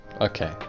Okay